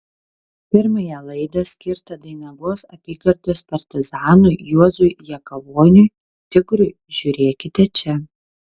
pirmąją laidą skirtą dainavos apygardos partizanui juozui jakavoniui tigrui žiūrėkite čia